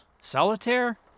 Solitaire